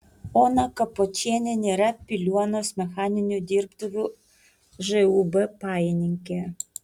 ona kapočienė nėra piliuonos mechaninių dirbtuvių žūb pajininkė